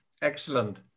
Excellent